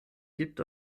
gibt